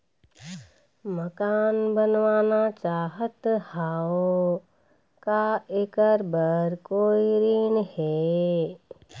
मकान बनवाना चाहत हाव, का ऐकर बर कोई ऋण हे?